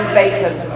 bacon